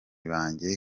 banjye